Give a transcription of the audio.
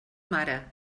mare